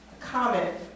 comment